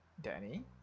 Danny